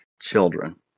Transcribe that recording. children